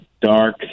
dark